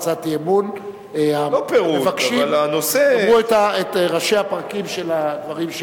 בהצעת אי-אמון המבקשים יאמרו את ראשי הפרקים של הדברים,